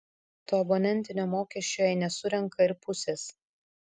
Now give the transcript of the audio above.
to abonentinio mokesčio jei nesurenka ir pusės